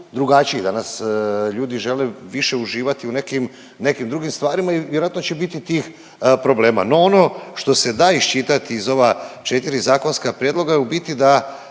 drugačiji. Danas ljudi žele više uživati u nekim drugim stvarima. Vjerojatno će biti tih problema. No ono što se da iščitati iz ova 4 zakonska prijedloga je u biti da